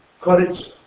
courage